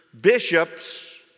bishops